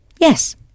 Yes